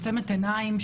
שעוצמת עיניים,